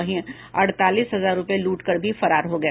वहीं अडतालीस हजार रूपये लूट कर भी फरार हो गए